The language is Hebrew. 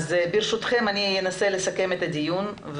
ברשותכם אסכם את הדיון.